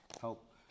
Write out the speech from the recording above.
help